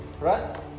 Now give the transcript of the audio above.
right